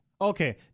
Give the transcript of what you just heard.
Okay